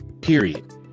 Period